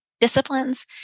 disciplines